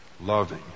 loving